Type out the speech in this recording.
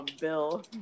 Bill